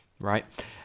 right